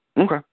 Okay